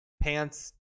pants